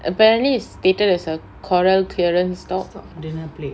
apparently is stated as a corelle clearance stock dinner plate